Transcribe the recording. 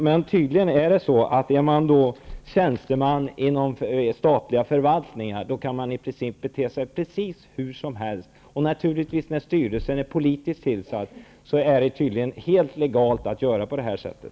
Men om man är tjänsteman inom den statliga förvaltningen kan man i princip bete sig precis hur som helst. När styrelsen är politiskt tillsatt är det tydligen helt legalt att göra på det här sättet.